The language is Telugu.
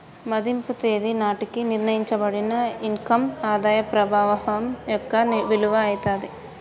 మదింపు తేదీ నాటికి నిర్ణయించబడిన ఇన్ కమ్ ఆదాయ ప్రవాహం యొక్క విలువ అయితాది